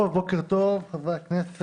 בוקר טוב לכולם,